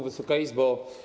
Wysoka Izbo!